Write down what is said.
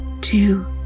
two